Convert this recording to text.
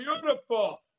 beautiful